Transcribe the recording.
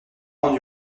rendu